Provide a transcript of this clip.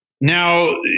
Now